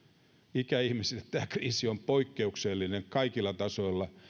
ikäihmisille tämä kriisi on poikkeuksellinen kaikilla tasoilla